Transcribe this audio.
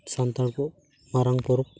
ᱥᱟᱱᱛᱟᱲ ᱠᱚᱣᱟᱜ ᱢᱟᱨᱟᱝ ᱯᱚᱨᱚᱵ